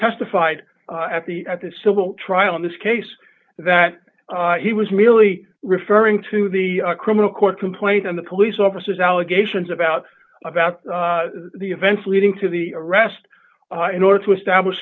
testified at the at the civil trial in this case that he was merely referring to the criminal court complaint and the police officers allegations about about the events leading to the arrest in order to establish